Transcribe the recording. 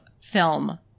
film